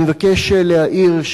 אני מבקש להעיר,